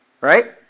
right